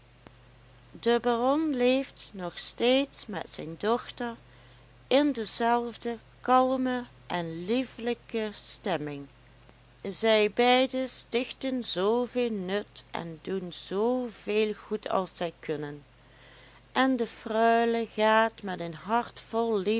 de baron leeft nog steeds met zijn dochter in dezelfde kalme en liefelijke stemming zij beide stichten zoo veel nut en doen zoo veel goed als zij kunnen en de freule gaat met een hart vol